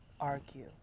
argue